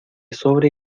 sobre